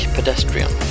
Pedestrian